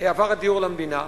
עבר הדיור למדינה.